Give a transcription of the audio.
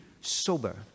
sober